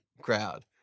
crowd